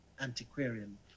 antiquarian